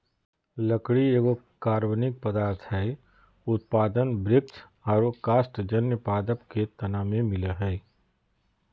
लकड़ी एगो कार्बनिक पदार्थ हई, उत्पादन वृक्ष आरो कास्टजन्य पादप के तना में मिलअ हई